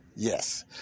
Yes